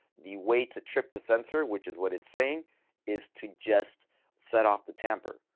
the way to trip the sensor which is what it's saying is to just set off the tamper.